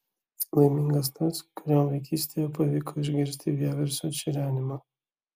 laimingas tas kuriam vaikystėje pavyko išgirsti vieversio čirenimą